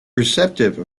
receptive